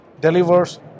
delivers